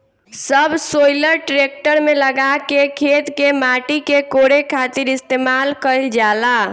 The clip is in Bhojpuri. सबसॉइलर ट्रेक्टर में लगा के खेत के माटी के कोड़े खातिर इस्तेमाल कईल जाला